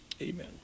Amen